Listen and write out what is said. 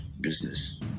business